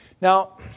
Now